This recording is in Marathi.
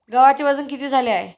गव्हाचे वजन किती झाले आहे?